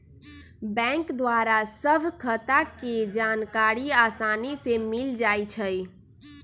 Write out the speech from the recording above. bank द्वारा सभ खता के जानकारी असानी से मिल जाइ छइ